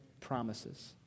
promises